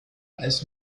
als